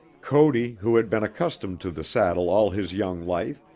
cody, who had been accustomed to the saddle all his young life,